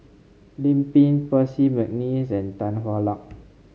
Lim Pin Percy McNeice and Tan Hwa Luck